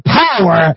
power